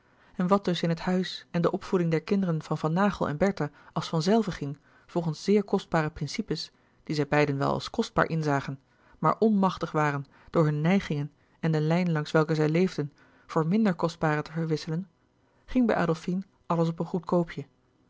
en wat dus in het huis en de opvoeding der kinderen van van naghel en bertha als van zelve ging volgens zeer kostbare principes die zij beiden wel als kostbaar inzagen maar onmachtig waren door hunne neigingen en de lijn langs welke zij leefden voor minder kostbare te verwisselen ging bij adolfine alles op een